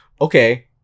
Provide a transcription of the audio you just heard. okay